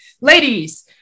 ladies